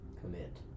commit